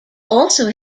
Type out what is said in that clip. also